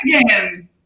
again